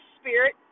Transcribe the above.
Spirit